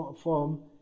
form